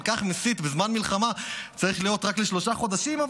כך מסית בזמן מלחמה צריך להיות רק לשלושה חודשים,